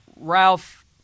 Ralph